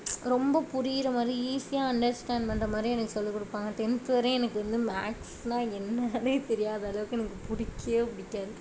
ரொம்ப புரிகிற மாதிரி ஈஸியாக அண்டர்ஸ்டாண்ட் பண்ணுற மாதிரி எனக்கு சொல்லிக் கொடுப்பாங்க டென்த் வரையும் எனக்கு வந்து மேக்ஸ்னா என்னான்னே தெரியாத அளவுக்கு எனக்கு பிடிக்கியே பிடிக்காது